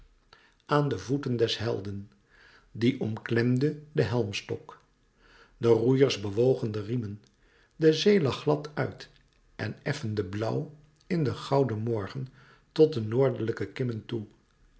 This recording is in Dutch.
aan de voeten des helden die omklemde den helmstok de roeiers bewogen de riemen de zee lag glad uit en effende blauw in den gouden morgen tot de noordelijke kimmen toe